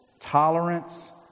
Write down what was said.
tolerance